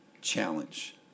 challenge